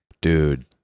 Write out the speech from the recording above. dude